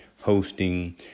hosting